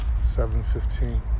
7.15